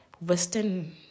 western